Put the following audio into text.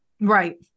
Right